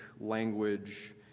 language